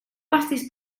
pastís